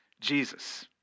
Jesus